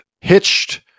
hitched